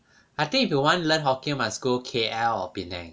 I think if you want learn hokkien must go K_L or penang